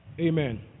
Amen